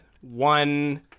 one